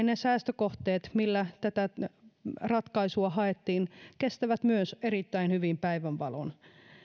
ne säästökohteet joilla tätä ratkaisua haettiin kestävät myös erittäin hyvin päivänvalon